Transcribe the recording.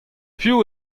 piv